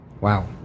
wow